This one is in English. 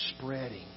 spreading